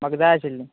म्हाका जाय आशिल्लें